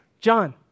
John